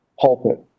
pulpit